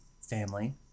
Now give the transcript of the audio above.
family